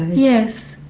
yes.